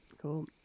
Cool